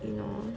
you know